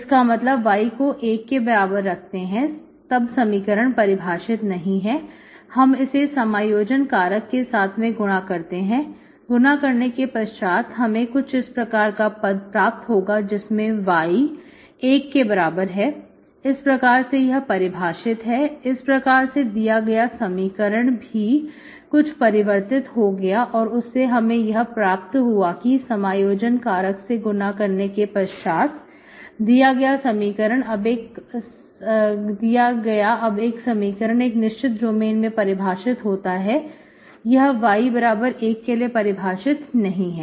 इसका मतलब y को 1 के बराबर रखते हैं समीकरण परिभाषित नहीं है हम इसे समायोजन कारक के साथ में गुणा करते हैं गुणा करने के पश्चात हमें कुछ इस प्रकार का पद प्राप्त होगा जिसमें y 1 के बराबर है इस प्रकार से यह परिभाषित है इस प्रकार से दिया गया समीकरण भी कुछ परिवर्तित हो गया और उससे हमें यह प्राप्त हुआ कि समायोजन कारक से गुणा करने के पश्चात दिया गया अब का समीकरण एक निश्चित डोमेन में परिभाषित होता है यह y बराबर 1 के लिए परिभाषित नहीं है